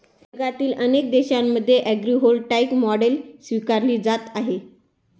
जगातील अनेक देशांमध्ये ॲग्रीव्होल्टाईक मॉडेल स्वीकारली जात आहे